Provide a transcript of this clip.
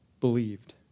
believed